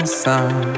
sun